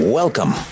welcome